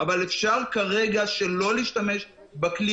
יש אפשרות לייצר נוהל שייאפשר לחוקרים